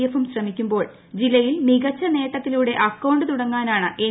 എഫും ശ്രമിക്കുമ്പോൾ ജില്ലയ്ക്ക് മികച്ച നേട്ടത്തിലൂടെ അക്കൌണ്ട് തുടങ്ങാനാണ് എൻ